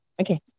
Okay